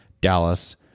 Dallas